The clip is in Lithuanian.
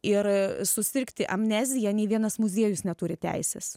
ir susirgti amnezija nei vienas muziejus neturi teisės